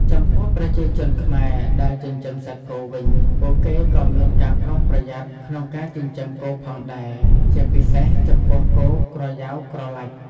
ចំពោះ ប្រជាជនខ្មែរដែលចិញ្ចឹមសត្វគោវិញ ពួកគេក៏មានការប្រុងប្រយ័ត្នក្នុងការចិញ្ចឹមគោផងដែរ ជាពិសេសចំពោះ គោក្រយៅក្រឡាច់។